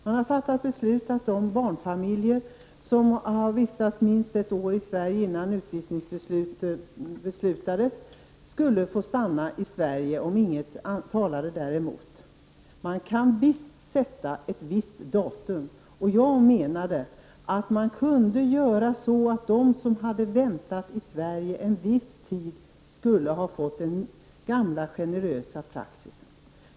Man har fattat beslut om att de barnfamiljer som vistats minst 1 år i Sverige innan utvisningsbeslut fattades skulle få stanna i Sverige om inget talade däremot. Man kan visst sätta ett visst datum. Jag menade att man kunde göra så, att de som väntat i Sverige en bestämd tid skulle ha behandlats enligt den gamla generösa praxisen.